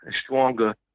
stronger